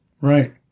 Right